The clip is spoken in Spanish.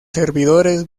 servidores